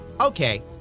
Okay